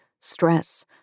stress